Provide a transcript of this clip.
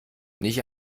nicht